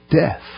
death